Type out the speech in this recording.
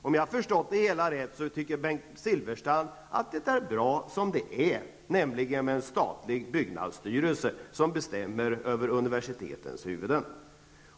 Om jag har förstått det hela rätt, tycker Bengt Silfverstrand att det är bra som det är, nämligen att en statlig byggnadsstyrelse bestämmer över universitetens huvuden.